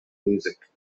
music